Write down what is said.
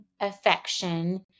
affection